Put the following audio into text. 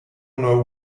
know